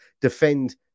defend –